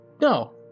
No